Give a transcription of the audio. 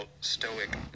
stoic